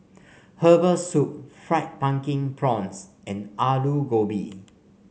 Herbal Soup Fried Pumpkin Prawns and Aloo Gobi